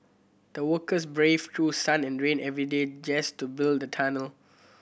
the workers braved through sun and rain every day just to build the tunnel